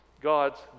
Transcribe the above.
God's